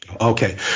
Okay